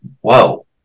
whoa